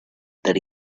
that